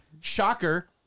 Shocker